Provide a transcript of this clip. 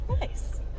nice